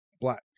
black